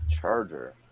Charger